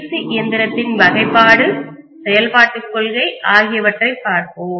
C இயந்திரத்தின் வகைப்பாடு செயல்பாட்டுக் கொள்கை ஆகியவற்றைப் பார்ப்போம்